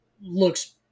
looks